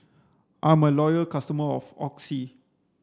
I'm a loyal customer of Oxy